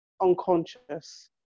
unconscious